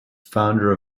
founder